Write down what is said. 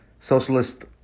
socialist